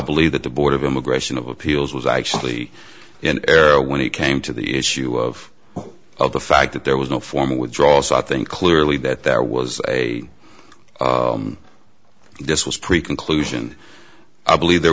believe that the board of immigration of appeals was actually in error when it came to the issue of of the fact that there was no formal withdrawal so i think clearly that there was a this was pretty conclusion i believe there